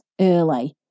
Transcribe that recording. early